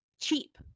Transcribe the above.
cheap